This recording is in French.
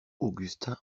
augustin